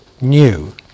new